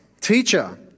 teacher